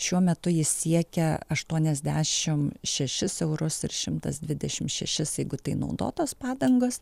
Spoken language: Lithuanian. šiuo metu jis siekia aštuoniasdešim šešis eurus ir šimtas dvidešim šešis jeigu tai naudotos padangas